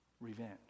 revenge